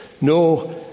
no